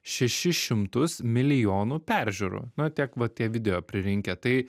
šešis šimtus milijonų peržiūrų na tiek va tie video pririnkę tai